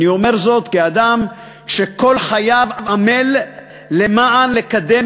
אני אומר זאת כאדם שכל חייו עמל למען קידום